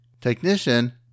Technician